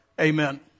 Amen